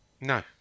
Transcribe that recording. No